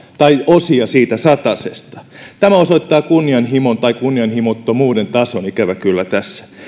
tai osia siitä satasesta pitäisi laittaa tämä osoittaa kunnianhimon tai kunnianhimottomuuden tason tässä ikävä kyllä